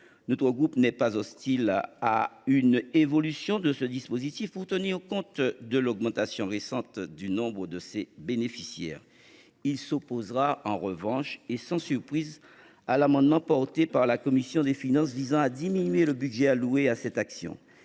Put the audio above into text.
Notre groupe n’est pas hostile à une évolution de ce dispositif pour tenir compte de l’augmentation récente du nombre de ses bénéficiaires. Il s’opposera, en revanche, et sans surprise, à l’amendement porté par la commission des finances visant à diminuer le budget alloué à l’action